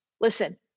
listen